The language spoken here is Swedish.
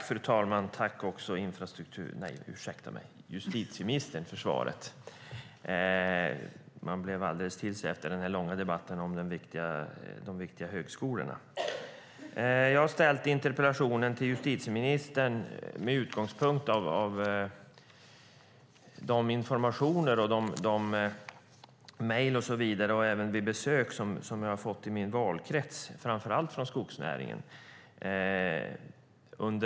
Fru talman! Jag vill tacka justitieministern för svaret. Jag har ställt interpellationen till justitieministern med utgångspunkt i bland annat information och mejl och utifrån besök i min valkrets framför allt från skogsnäringen.